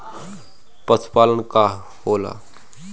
पशुपलन का होला?